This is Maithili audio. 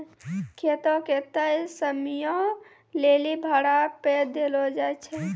खेतो के तय समयो लेली भाड़ा पे देलो जाय छै